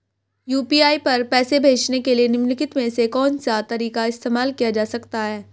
UPI पर पैसे भेजने के लिए निम्नलिखित में से कौन सा तरीका इस्तेमाल किया जा सकता है?